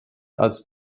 als